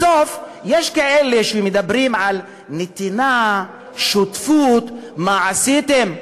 בסוף יש כאלה שמדברים על נתינה, שותפות, מה עשיתם.